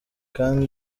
kandi